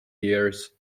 years